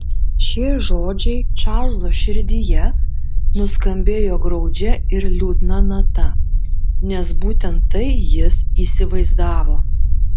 šie žodžiai čarlzo širdyje nuskambėjo graudžia ir liūdna nata nes būtent tai jis įsivaizdavo